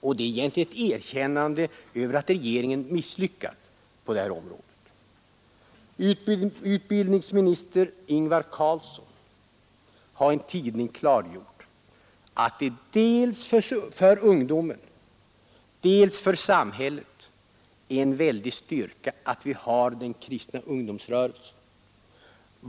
Egentligen är det ett erkännande av att regeringen misslyckats på detta område. Utbildningsminister Ingvar Carlsson har i en tidning klargjort att det dels för ungdomen, dels för samhället är en styrka att vi har den kristna ungdomsrörelsen.